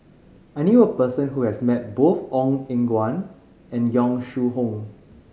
I knew a person who has met both Ong Eng Guan and Yong Shu Hoong